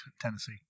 Tennessee